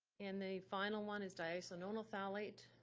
and the final one is di-isononyl phthalate.